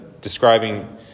describing